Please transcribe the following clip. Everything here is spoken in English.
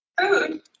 Food